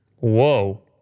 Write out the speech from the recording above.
Whoa